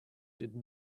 did